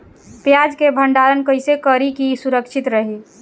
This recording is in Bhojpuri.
प्याज के भंडारण कइसे करी की सुरक्षित रही?